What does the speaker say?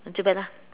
then too bad lah